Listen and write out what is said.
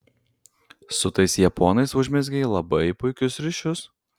su tais japonais užmezgei labai puikius ryšius